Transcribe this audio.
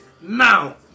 now